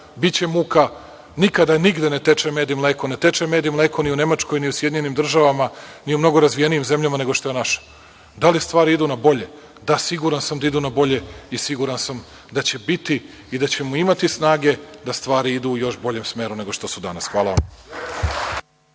biće muka, nikada nigde ne teče mled i mleko. Ne teče mled i mleko ni u Nemačkoj, ni u SAD, ni u mnogo razvijenim zemljama nego što je naša. Da li stvari idu na bolje? Da, siguran sam da idu na bolje i siguran sam da će biti i da ćemo imati snage da stvari idu u još boljem smeru nego što su danas. Hvala.